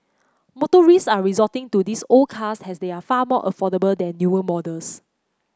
motorists are resorting to these old cars as they are far more affordable than newer models